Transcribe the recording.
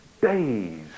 days